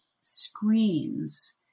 screens